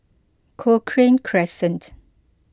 Cochrane Crescent